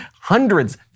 hundreds